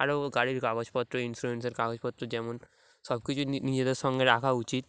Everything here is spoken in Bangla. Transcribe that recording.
আরও গাড়ির কাগজপত্র ইন্স্যুরেন্সের কাগজপত্র যেমন সব কিছুই নিজেদের সঙ্গে রাখা উচিত